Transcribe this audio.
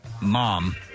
mom